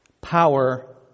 power